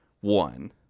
One